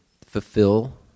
fulfill